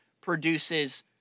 produces